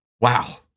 Wow